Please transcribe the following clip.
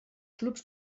clubs